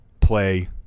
play